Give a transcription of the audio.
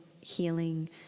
healing